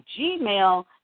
Gmail